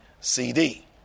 CD